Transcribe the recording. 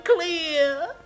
Clear